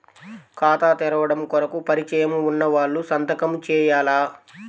ఖాతా తెరవడం కొరకు పరిచయము వున్నవాళ్లు సంతకము చేయాలా?